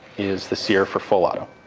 is the sear for full-auto.